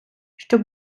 щоб